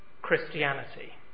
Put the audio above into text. Christianity